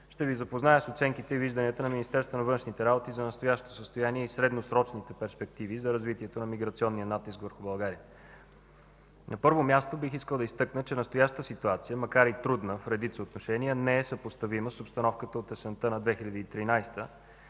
на Министерството на външните работи за настоящото състояние и средносрочните перспективи за развитието на миграционния натиск върху България. На първо място бих искал да изтъкна, че настоящата ситуация, макар и трудна в редица отношения, не е съпоставима с обстановката от есента на 2013 г.,